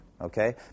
okay